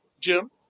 Jim